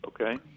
Okay